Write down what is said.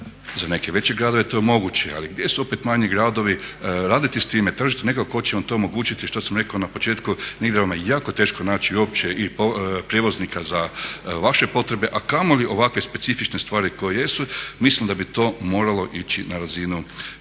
za neke veće gradove to je moguće. Ali gdje su opet manji gradovi, raditi s time, tražiti nekoga tko će vam to omogućiti što sam rekao na početku. Negdje vam je jako teško naći uopće i prijevoznika za vaše potrebe, a kamoli ovakve specifične stvari koje jesu. Mislim da bi to moralo ići na razinu